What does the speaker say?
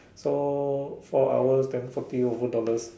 so four hours then forty over dollars